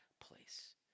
place